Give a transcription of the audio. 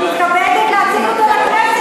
את מתכבדת להציג אותו לכנסת,